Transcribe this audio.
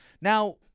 Now